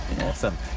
awesome